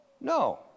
No